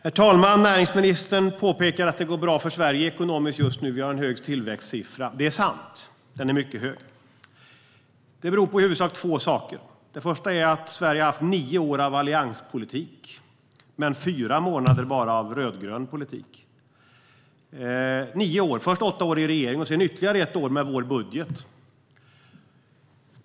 Herr talman! Näringsministern pekar på att det just nu går bra för Sverige ekonomiskt. Vi har en hög tillväxtsiffra. Det är sant; den är mycket hög. Det beror på i huvudsak två saker. Den första är att Sverige har haft nio år av allianspolitik men bara fyra månader av rödgrön politik. Nio år - först åtta år i regering och sedan ytterligare ett år med vår budget.